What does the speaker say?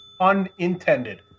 unintended